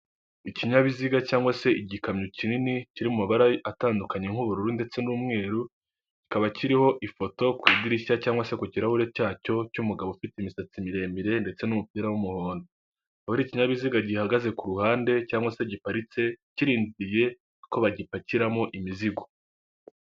Ikinyabiziga cyangwa se igikamyo kinini kiri mu mabara atandukanye nk'ubururu ndetse n'umweru kikaba kiriho ifoto ku idirishya cyangwag se ku kirahure cyacyo cy'umugabo ufite imisatsi miremire ndetse n'umupira w'umuhondo, kikaba ari ikinyabiziga gihagaze ku ruhande cyangwa se giparitse kirindiye ko bagipakiramo imizigo.